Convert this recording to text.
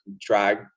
drag